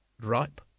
ripe